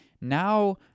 Now